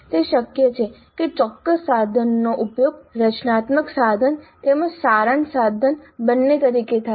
તે શક્ય છે કે ચોક્કસ સાધનનો ઉપયોગ રચનાત્મક સાધન તેમજ સારાંશ સાધન બંને તરીકે થાય